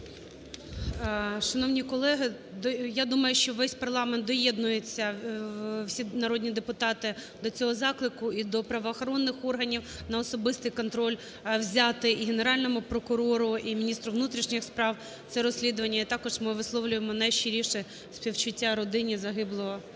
Шановні колеги, я думаю, що весь парламент доєднується, всі народні депутати до цього заклику і до правоохоронних органів на особистий контроль взяти і Генеральному прокурору, і міністру внутрішніх справ це розслідування. І також ми висловлюємо найщиріші співчуття родині загиблого